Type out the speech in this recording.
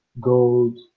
gold